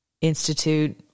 Institute